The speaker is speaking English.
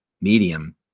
medium